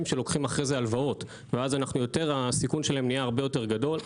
שלוקחים הלוואת ואז הסיכון שלהם נהיה הרבה יותר גדול.